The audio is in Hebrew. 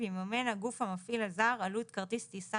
יממן הגוף המפעיל הזר עלות כרטיס טיסה